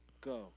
Go